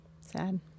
Sad